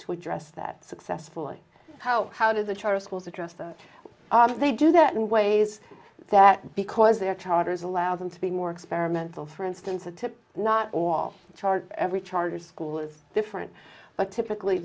to address that successfully how how do the charter schools address them are they do that and ways that because their charters allow them to be more experimental for instance a tip not all charge every charter school is different but typically